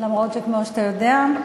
גם אם, כמו שאתה יודע,